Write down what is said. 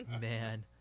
Man